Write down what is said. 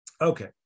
Okay